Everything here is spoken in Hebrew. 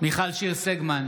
מיכל שיר סגמן,